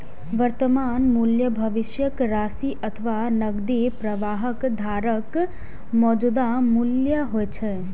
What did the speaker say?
वर्तमान मूल्य भविष्यक राशि अथवा नकदी प्रवाहक धाराक मौजूदा मूल्य होइ छै